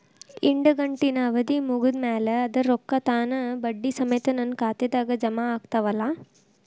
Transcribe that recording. ಇಡಗಂಟಿನ್ ಅವಧಿ ಮುಗದ್ ಮ್ಯಾಲೆ ಅದರ ರೊಕ್ಕಾ ತಾನ ಬಡ್ಡಿ ಸಮೇತ ನನ್ನ ಖಾತೆದಾಗ್ ಜಮಾ ಆಗ್ತಾವ್ ಅಲಾ?